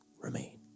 Remain